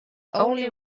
only